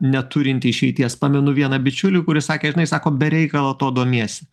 neturinti išeities pamenu vieną bičiulį kuris sakė žinai sako be reikalo tuo domiesi